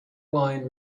wine